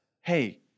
hey